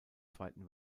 zweiten